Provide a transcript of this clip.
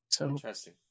Interesting